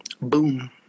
boom